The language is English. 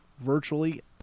virtually